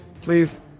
please